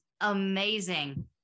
amazing